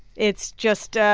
it's just, ah